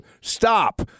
stop